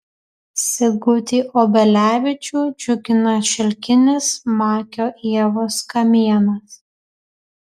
sigutį obelevičių džiugina šilkinis makio ievos kamienas